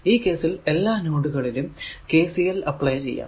ഈ കേസിൽ എല്ലാ നോഡുകളിലും KCL അപ്ലൈ ചെയ്യാം